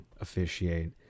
officiate